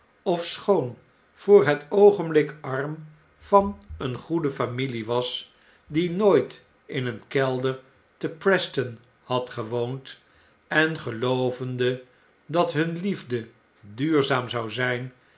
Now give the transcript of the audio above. ofschoon voor het oogenblik arm van een goede familie was die nooit in een kelder te preston had gewoond en geloovende dat hun liefde duurzaam zou zyn